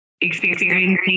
experiencing